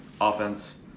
offense